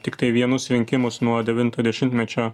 tiktai vienus rinkimus nuo devinto dešimtmečio